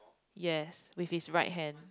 yes with his right hand